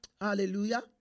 hallelujah